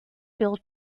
bill